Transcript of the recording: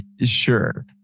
sure